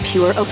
Pure